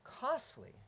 costly